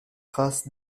trace